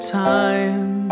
time